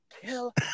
kill